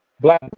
black